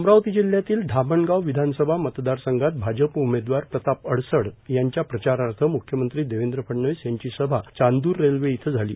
अमरावती जिल्ह्यातील धामणगाव विधानसभा मतदारसंघात भाजप उमेदवार प्रताप अडसड यांच्या प्रचारार्थ म्ख्यमंत्री देवेंद्र फडणवीस यांची सभा चांदूर रेल्वे इथं झाली